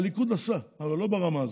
הליכוד עשה, אבל לא ברמה הזאת,